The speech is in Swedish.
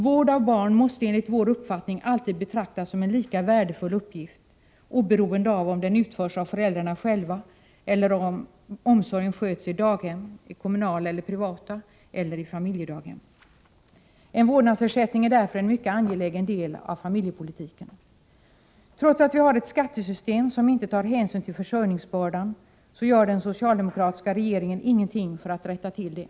Vård av barn måste enligt vår uppfattning alltid betraktas som en lika värdefull uppgift, oberoende av om den utförs av föräldrarna själva eller om omsorgen sköts i daghem, kommunala eller privata, eller i familjedaghem. En vårdnadsersättning är därför en mycket angelägen del av familjepolitiken. Trots att vi har ett skattesystem som inte tar hänsyn till försörjningsbördan gör den socialdemokratiska regeringen ingenting för att rätta till det.